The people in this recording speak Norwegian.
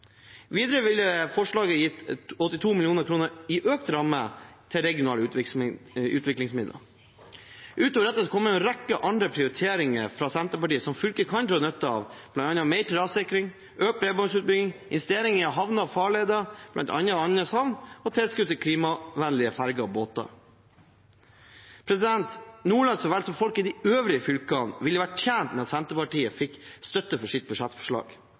Videre ville forslaget gitt 82 mill. kr i økt ramme til regionale utviklingsmidler. Utover dette kommer en rekke andre prioriteringer fra Senterpartiet som fylket kan dra nytte av, bl.a. mer til rassikring, økt bredbåndsutbygging, investeringer i havner og farleder – bl.a. Andenes havn – og tilskudd til klimavennlige ferger og båter. Nordland så vel som folk i de øvrige fylkene ville vært tjent med at Senterpartiet fikk støtte for sitt budsjettforslag.